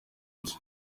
nzu